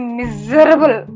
miserable